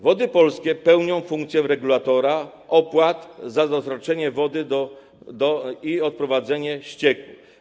Wody Polskie pełnią funkcję regulatora opłat za dostarczanie wody i odprowadzanie ścieków.